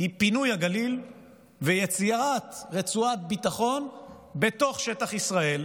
כרגע היא פינוי הגליל ויצירת רצועת ביטחון בתוך שטח ישראל,